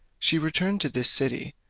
she returned to this city,